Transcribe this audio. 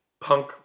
punk